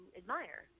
admire